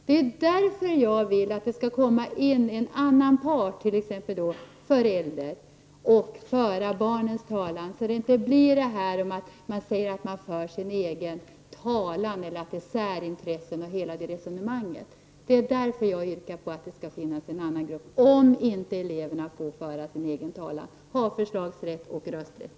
Det är därför jag vill att det skall vara en annan part, t.ex. föräldrar, som för barnens talan, så att ingen behöver säga att lärarna för sin egen talan och att det är fråga om särintressen. Därför yrkar jag på att det skall finnas en annan part, om inte eleverna får föra sin egen talan, och att den skall ha förslagsrätt och rösträtt.